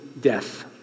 death